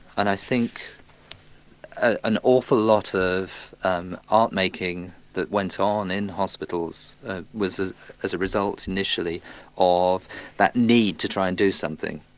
and i think an awful lot of um art-making that went on in hospitals was as as a result initially of that need to try and do something.